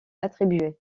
attribués